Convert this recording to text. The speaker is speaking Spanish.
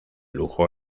lujo